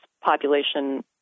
population